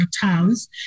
towns